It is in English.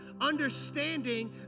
understanding